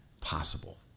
possible